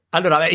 Allora